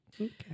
Okay